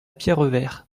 pierrevert